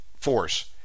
force